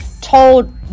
told